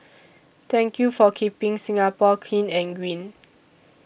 thank you for keeping Singapore clean and green